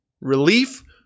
relief